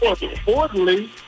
importantly